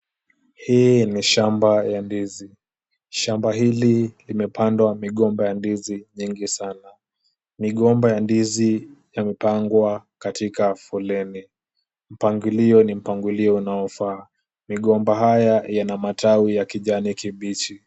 Hii ni shamba ya ndizi. Shamba hili limepandwa migomba ya ndizi nyingi sana. Migomba ya ndizi yamepangwa katika foleni, mpangilio ni mpangilio unaofaa. Migomba haya yana matawi ya kijani kibichi.